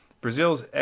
Brazil's